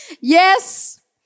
Yes